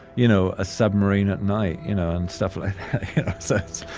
you know, a submarine at night? you know, and stuff like so